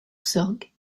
sorgue